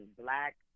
black